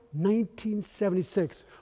1976